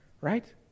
right